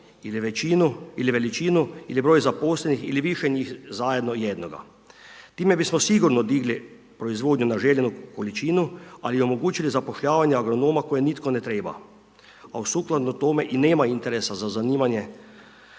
uz SO ili veličinu ili broj zaposlenih ili više njih zajedno jednoga. Time bismo sigurno digli proizvodnju na željenu količinu, ali omogućili zapošljavanje agronoma, koje nitko ne treba, a sukladno tome, ni ne nema interesa za zanimanje